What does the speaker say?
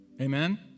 Amen